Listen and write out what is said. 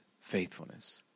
faithfulness